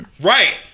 Right